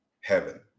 heaven